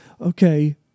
Okay